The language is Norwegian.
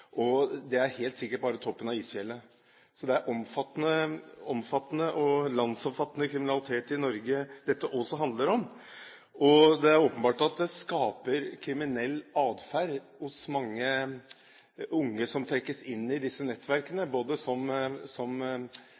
og det er helt sikkert bare toppen av isfjellet. Så dette handler også om landsomfattende kriminalitet i Norge. Det er åpenbart at det skaper kriminell atferd hos mange unge som trekkes inn i disse nettverkene – som selgere av doping, men også i form av at de som